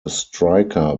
striker